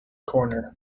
corner